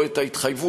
לא את ההתחייבות,